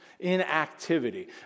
Inactivity